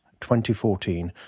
2014